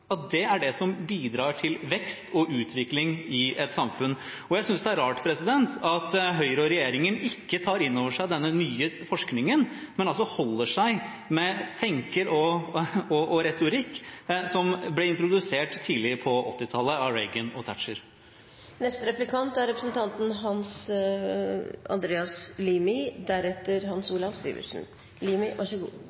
at det er det som bidrar til vekst og utvikling i et samfunn. Jeg synes det er rart at Høyre og regjeringen ikke tar inn over seg denne nye forskningen, men altså holder seg med tanker og retorikk som ble introdusert tidlig på 1980-tallet av Reagan og Thatcher. Vi kan registrere at Arbeiderpartiet nå har fått en ny økonomisk mentor, en fransk samfunnsøkonom og forfatter, Thomas Piketty. Et av hans